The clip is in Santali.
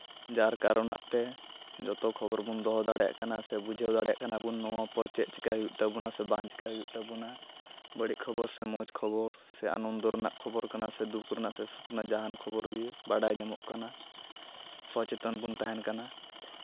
ᱡᱟᱨ ᱠᱟᱨᱚᱱᱟᱜ ᱛᱮ ᱡᱚᱛᱚ ᱠᱷᱚᱵᱚᱨ ᱵᱚᱱ ᱫᱚᱦᱚ ᱫᱟᱲᱮᱭᱟᱜ ᱠᱟᱱᱟ ᱥᱮ ᱵᱩᱡᱷᱟᱹᱣ ᱫᱟᱲᱮᱭᱟᱜ ᱠᱟᱱᱟᱵᱚᱱ ᱱᱚᱣᱟ ᱯᱚᱨ ᱪᱮᱫ ᱪᱤᱠᱟᱹᱭ ᱦᱩᱭᱩᱜ ᱛᱟᱵᱚᱱᱟ ᱥᱮ ᱵᱟᱝ ᱪᱤᱠᱟᱹᱭ ᱦᱩᱭᱩᱜ ᱛᱟᱵᱳᱱᱟ ᱵᱟᱹᱲᱤᱡ ᱠᱷᱚᱵᱚᱨ ᱥᱮ ᱢᱚᱡᱽ ᱠᱷᱚᱵᱚᱨ ᱥᱮ ᱟᱱᱚᱱᱫᱚ ᱨᱮᱱᱟᱜ ᱠᱷᱚᱵᱚᱨ ᱠᱟᱱᱟ ᱥᱮ ᱫᱩᱠ ᱨᱮᱱᱟᱜ ᱥᱮ ᱥᱩᱠ ᱨᱮᱱᱟᱜ ᱡᱟᱦᱟᱱ ᱠᱷᱚᱵᱚᱨ ᱜᱮ ᱵᱟᱰᱟᱭ ᱧᱟᱢᱚᱜ ᱠᱟᱱᱟ ᱥᱚᱪᱮᱛᱚᱱ ᱵᱚᱱ ᱛᱟᱦᱮᱱ ᱠᱟᱱᱟ